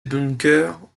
bunkers